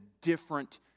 different